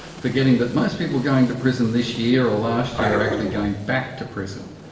forgetting that most people going to prison this year or last year are actually going back to prison.